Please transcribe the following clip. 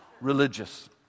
Religious